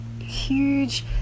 huge